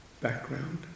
background